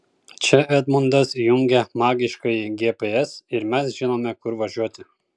čia edmundas įjungia magiškąjį gps ir mes žinome kur važiuoti